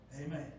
amen